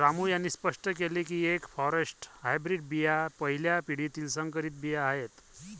रामू यांनी स्पष्ट केले की एफ फॉरेस्ट हायब्रीड बिया पहिल्या पिढीतील संकरित बिया आहेत